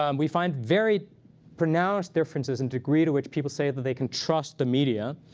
um we find very pronounced differences in degree to which people say that they can trust the media.